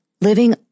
living